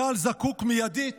צה"ל זקוק מיידית,